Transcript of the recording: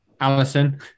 Allison